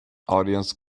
audience